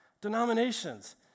denominations